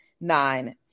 nine